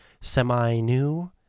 semi-new